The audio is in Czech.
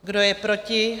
Kdo je proti?